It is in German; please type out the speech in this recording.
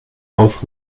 auf